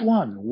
one